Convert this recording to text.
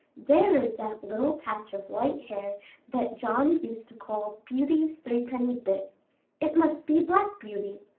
there is that little patch of white hair that john used to call beauty's threepenny bit it must be black beauty!